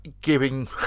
giving